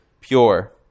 pure